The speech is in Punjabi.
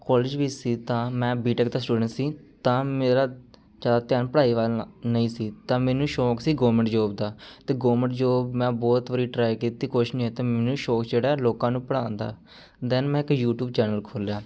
ਕੋਲਜ ਵਿੱਚ ਸੀ ਤਾਂ ਮੈਂ ਬੀਟੈਕ ਦਾ ਸਟੂਡੈਂਟ ਸੀ ਤਾਂ ਮੇਰਾ ਜ਼ਿਆਦਾ ਧਿਆਨ ਪੜ੍ਹਾਈ ਵੱਲ ਨ ਨਹੀਂ ਸੀ ਤਾਂ ਮੈਨੂੰ ਸ਼ੌਂਕ ਸੀ ਗੌਰਮੈਂਟ ਜੋਬ ਦਾ ਅਤੇ ਗੌਰਮੈਂਟ ਜੋਬ ਮੈਂ ਬਹੁਤ ਵਾਰੀ ਟਰਾਈ ਕੀਤੀ ਕੁਛ ਨਹੀਂ ਹੋਇਆ ਮੈਨੂੰ ਸ਼ੋਕ ਚੜਿਆ ਲੋਕਾਂ ਨੂੰ ਪੜ੍ਹਾਉਣ ਦਾ ਦੈਨ ਮੈਂ ਇੱਕ ਯੂਟੀਊਬ ਚੈਨਲ ਖੋਲਿਆ